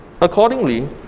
accordingly